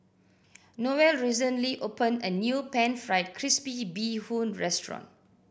Noel recently opened a new Pan Fried Crispy Bee Hoon restaurant